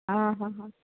हाँ हाँ